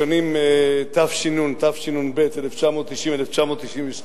בשנים התש"ן התשנ"ב, 1990 1992,